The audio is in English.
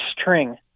string